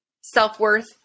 self-worth